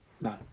no